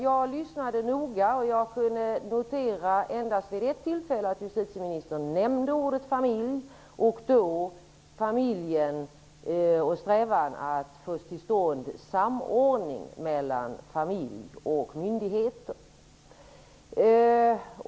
Jag lyssnade noga och jag kunde notera att justitieministern nämnde ordet familj endast vid ett tillfälle. Det gällde då en strävan att få till stånd samordning mellan familj och myndigheter.